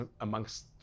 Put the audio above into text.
amongst